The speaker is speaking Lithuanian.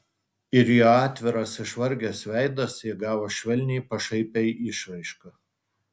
ir jo atviras išvargęs veidas įgavo švelniai pašaipią išraišką